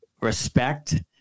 respect